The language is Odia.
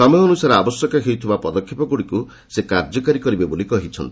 ସମୟ ଅନୁସାରେ ଆବଶ୍ୟକ ହେଉଥିବା ପଦକ୍ଷେପଗୁଡ଼ିକୁ ସେ କାର୍ଯ୍ୟକାରି କରିବେ ବୋଲି କହିଛନ୍ତି